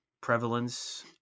prevalence